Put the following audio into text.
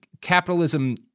capitalism